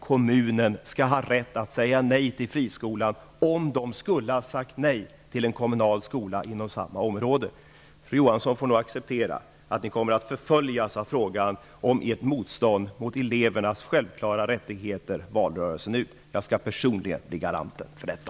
Kommunen skall ha rätt att säga nej till friskolan om den skulle ha sagt nej till en kommunal skola inom samma område. Fru Johansson får nog acceptera att ni kommer att förföljas av frågan om ert motstånd mot elevernas självklara rättigheter valrörelsen ut. Jag skall personligen bli garanten för detta.